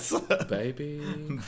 Baby